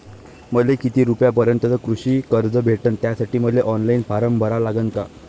मले किती रूपयापर्यंतचं कृषी कर्ज भेटन, त्यासाठी मले ऑनलाईन फारम भरा लागन का?